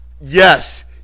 Yes